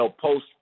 post –